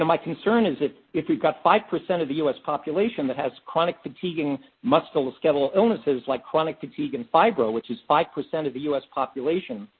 and my concern is that if we've got five percent of the u s. population that has chronic fatigue and musculoskeletal illness, like chronic fatigue and fibro, which is five percent of the u s. population,